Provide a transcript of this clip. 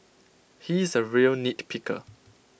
he is A real nitpicker